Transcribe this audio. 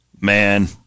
Man